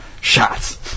shots